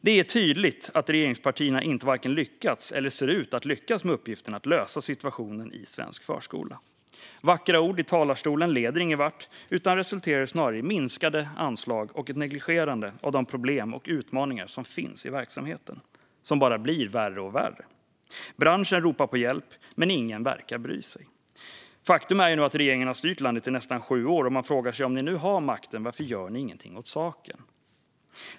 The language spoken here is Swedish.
Det är tydligt att regeringspartierna varken har lyckats eller ser ut att lyckas med uppgiften att lösa situationen i svensk förskola. Vackra ord i talarstolen leder ingenvart utan resulterar snarare i minskade anslag och ett negligerande av de problem och utmaningar som finns i verksamheten och som bara blir värre och värre. Branschen ropar på hjälp, men ingen verkar bry sig. Faktum är att regeringen har styrt landet i nästan sju år, och man frågar sig om ni nu har makten varför ni inte gör något åt saken.